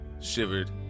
shivered